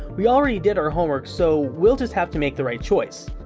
we already did our homework so we'll just have to make the right choice.